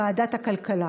לוועדת הכלכלה